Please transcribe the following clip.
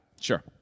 Sure